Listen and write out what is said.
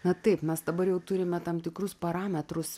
na taip mes dabar jau turime tam tikrus parametrus